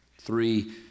Three